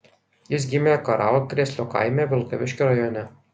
jis gimė karalkrėslio kaime vilkaviškio rajone